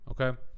okay